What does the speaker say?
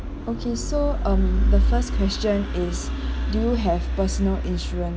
okay so um the first question is do you have personal insurance